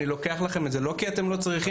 אני לוקח לכם את זה לא כי אתם לא צריכים.